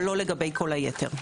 אבל לא לגבי כל היתר.